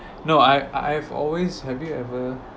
no I I've always have you ever